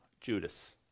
Judas